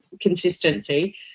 consistency